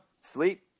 Sleep